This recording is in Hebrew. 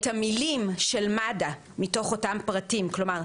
את המילים של מד"א מתוך אותם פרטים כלומר,